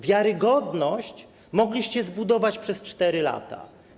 Wiarygodność mogliście zbudować przez 4 lata.